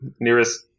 nearest